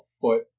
foot